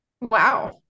wow